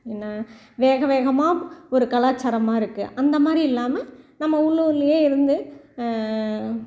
என்ன வேக வேகமாக ஒரு கலாச்சாரமாக இருக்குது அந்த மாதிரி இல்லாமல் நம்ம உள்ளூர்லேயே இருந்து